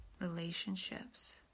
relationships